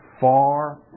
far